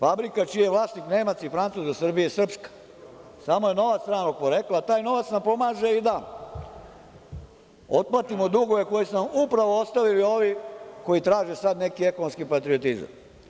Fabrika čiji je vlasnik Nemac i Francuz u Srbiji je srpska, samo je novac stranog porekla, a taj novac nam pomaže i da otplatimo dugove koji su nam upravo ostavili ovi koji traže sad neki ekonomski patriotizam.